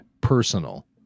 personal